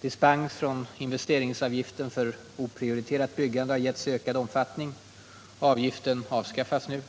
Dispens från investeringsavgiften för oprioriterat byggande har getts i ökad omfattning och avgiften avskaffas nu.